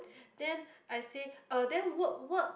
then I say uh then work work